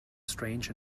strange